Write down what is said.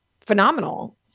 phenomenal